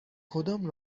کدام